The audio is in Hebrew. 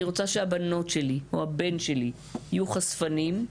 רוצה שהבנות שלי או הבן שלי יהיו חשפנים,